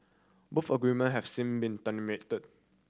both agreement have since been terminated